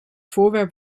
voorwerp